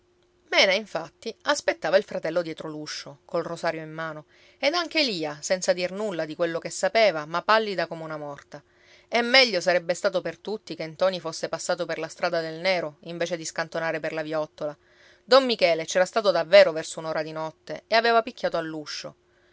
mena infatti aspettava il fratello dietro l'uscio col rosario in mano ed anche lia senza dir nulla di quello che sapeva ma pallida come una morta e meglio sarebbe stato per tutti che ntoni fosse passato per la strada del nero invece di scantonare per la viottola don michele c'era stato davvero verso un'ora di notte e aveva picchiato